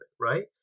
right